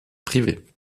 privée